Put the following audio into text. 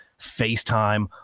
FaceTime